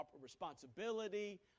responsibility